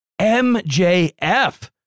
MJF